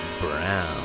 Brown